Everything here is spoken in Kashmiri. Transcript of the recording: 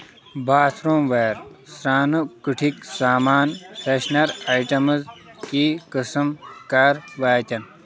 باتھروٗموِیر سرٛانہٕ کُٹھِک سامان فرٛیٚشنَر آٹمٕز کی قٕسم کَر واتَن؟